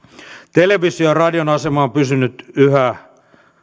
television ja radion asema on pysynyt yhä